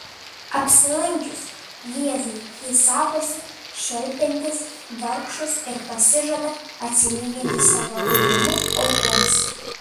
apsilankius jėzui jis sakosi šelpiantis vargšus ir pasižada atsilyginti savo godumo aukoms